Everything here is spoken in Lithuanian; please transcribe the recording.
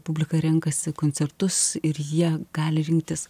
publika renkasi koncertus ir jie gali rinktis